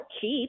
cheap